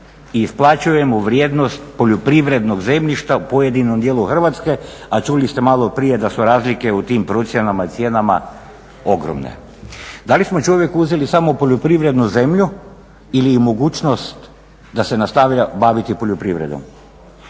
i isplaćujemo vrijednost poljoprivrednog zemljišta u pojedinom dijelu Hrvatske a čuli ste malo prije da su razlike u tim procjenama, cijenama ogromne. Da li smo čovjeku uzeli samo poljoprivrednu zemlju ili i mogućnost da se nastavlja baviti poljoprivredom?